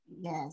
Yes